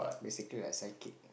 basically like psychic